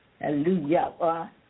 Hallelujah